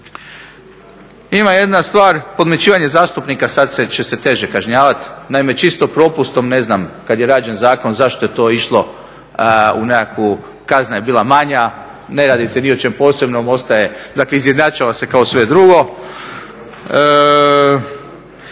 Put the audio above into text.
Ima jedna stvar podmićivanje zastupnika, sad će se teže kažnjavati. Naime, čisto propustom ne znam kad je rađen zakon zašto je to išlo u nekakvu, kazna je bila manja. Ne radi se ni o čem posebnom, ostaje, dakle izjednačava se kao sve drugo.